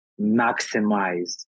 maximize